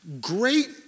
great